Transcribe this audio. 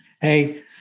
Hey